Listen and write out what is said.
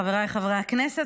חבריי חברי הכנסת,